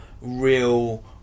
real